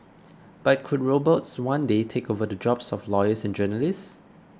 but could robots one day take over the jobs of lawyers and journalists